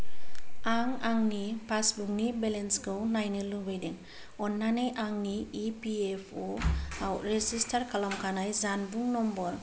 आं आंनि पासबुक नि बेलेन्स खौ नायनो लुबैदों अननानै आंनि इ पि एफ अ आव रेजिस्टार खालामखानाय जानबुं नाम्बार